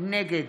נגד